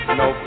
no